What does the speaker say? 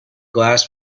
glass